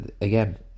again